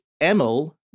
Emil